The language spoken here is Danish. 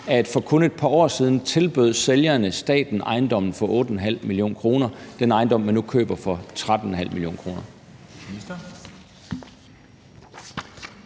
at for kun et par år siden tilbød sælgerne staten ejendommen for 8,5 mio. kr., altså den ejendom, som man nu køber for 13,5 mio. kr.?